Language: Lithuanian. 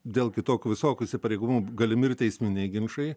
dėl kitokių visokių įsipareigomų galimi ir teisminiai ginčai